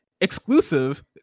exclusive